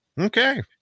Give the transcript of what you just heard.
Okay